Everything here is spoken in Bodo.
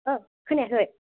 खोनायाखै